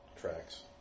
tracks